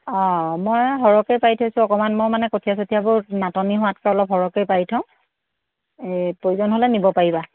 অ' মই সৰহকৈ পাৰি থৈছো অকণমান মোৰ মানে কঠীয়া চথিয়াবোৰ নাটনি হোৱাতকৈ অলপ সৰহকৈ পাৰি থওঁ এই প্ৰয়োজন হ'লে নিব পাৰিবা